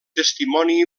testimoni